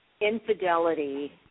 infidelity